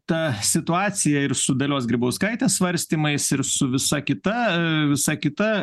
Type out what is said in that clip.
ta situacija ir su dalios grybauskaitės svarstymais ir su visa kita visa kita